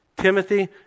Timothy